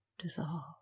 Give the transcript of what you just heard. Dissolve